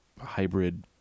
hybrid